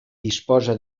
disposa